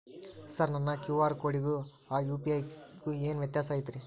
Sir ನನ್ನ QR ಕೊಡಿಗೂ ಆ ಯು.ಪಿ.ಐ ಗೂ ಏನ್ ವ್ಯತ್ಯಾಸ ಐತ್ರಿ?